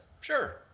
sure